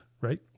Right